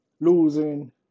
losing